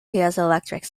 piezoelectric